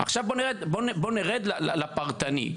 בואו נרד עכשיו לפרטני,